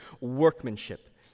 workmanship